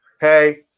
Hey